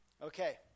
Okay